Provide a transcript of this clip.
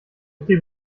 bitte